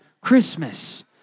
Christmas